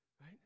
right